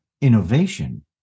innovation